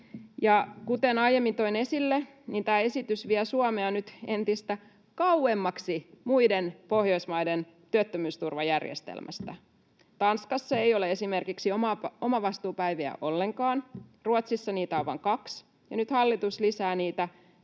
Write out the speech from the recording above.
Kuten aiemmin toin esille, tämä esitys vie Suomea nyt entistä kauemmaksi muiden Pohjoismaiden työttömyysturvajärjestelmästä. Tanskassa ei ole esimerkiksi omavastuupäiviä ollenkaan, Ruotsissa niitä on vain kaksi, ja nyt hallitus lisää niitä